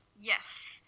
Yes